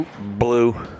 Blue